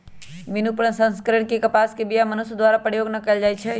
बिनु प्रसंस्करण के कपास के बीया मनुष्य द्वारा प्रयोग न कएल जाइ छइ